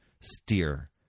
steer